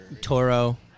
Toro